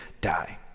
die